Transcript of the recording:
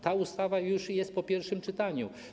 Ta ustawa już jest po pierwszym czytaniu.